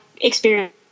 experience